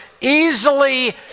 easily